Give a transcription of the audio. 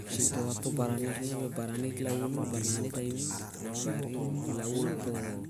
Ep sitoh ap toh baran larning ap ep baran nangan nah dit laun ontoh